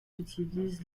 utilisent